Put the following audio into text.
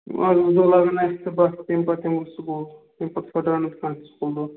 اکھ زٕ دۄہ لَگَن اسہِ تہٕ پَتہٕ تَمہِ پَتہٕ یمہِ بہٕ سکوٗل تَمہِ پَتہٕ پھُٹراوٕ نہٕ کانٛہہ تہِ سکوٗل دۅہ